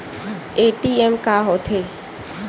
ATM का होथे?